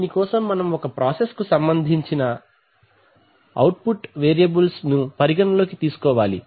దీనికోసం మనం ఒక ప్రాసెస్ కు సంబంధించినటువంటి అవుట్ పుట్ వేరియబుల్స్ పరిగణలోకి తీసుకోవాలి